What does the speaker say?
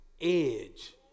Edge